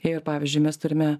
ir pavyzdžiui mes turime